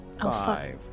five